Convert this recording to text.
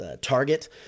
target